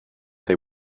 they